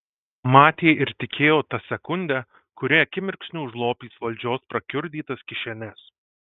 matė ir tikėjo ta sekunde kuri akimirksniu užlopys valdžios prakiurdytas kišenes